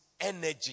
energy